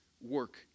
work